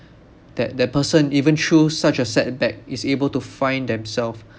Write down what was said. that that person even through such a setback is able to find themself